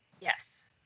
yes